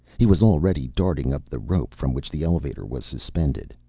he was already darting up the rope from which the elevator was suspended.